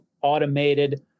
automated